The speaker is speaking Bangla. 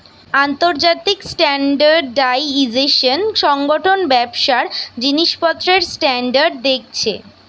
আন্তর্জাতিক স্ট্যান্ডার্ডাইজেশন সংগঠন ব্যবসার জিনিসপত্রের স্ট্যান্ডার্ড দেখছে